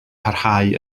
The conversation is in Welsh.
parhau